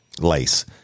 LACE